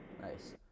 Nice